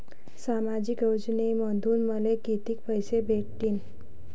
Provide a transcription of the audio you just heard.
सामाजिक योजनेमंधून मले कितीक पैसे भेटतीनं?